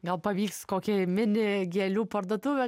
gal pavyks kokį mini gėlių parduotuvę